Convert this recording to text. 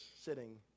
sitting